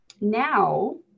now